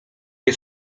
nie